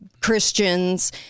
Christians